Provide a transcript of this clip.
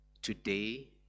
Today